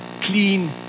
clean